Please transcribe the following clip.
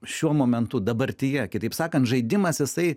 šiuo momentu dabartyje kitaip sakant žaidimas jisai